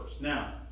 Now